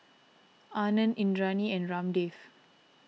Anand Indranee and Ramdev